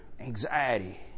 anxiety